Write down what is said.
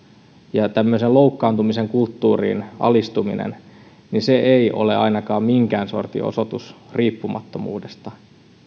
ja tämmöiseen loukkaantumisen kulttuuriin alistuminen ei ole ainakaan minkään sortin osoitus riippumattomuudesta